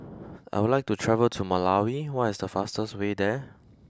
I would like to travel to Malawi what is the fastest way there